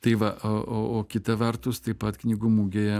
tai va o o o kita vertus taip pat knygų mugėje